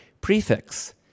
prefix